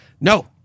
No